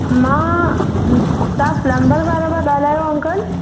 मां तव्हां प्लमबर वारा पिया ॻाल्हायो अंकल